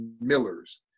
Millers